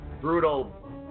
brutal